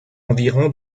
environ